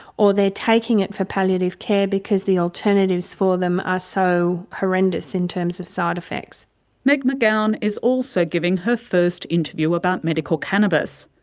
or they are taking it for palliative care because the alternatives for them are so horrendous in terms of side-effects. meg mcgowan is also giving her first interview about medical cannabis.